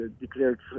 declared